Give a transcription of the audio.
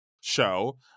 show